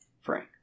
Frank